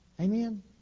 Amen